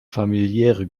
familiäre